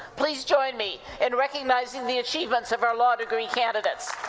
please join me in recognizing the achievements of our law degree candidates.